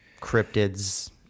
cryptids